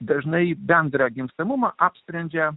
dažnai bendrą gimstamumą apsprendžia